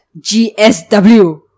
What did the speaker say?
GSW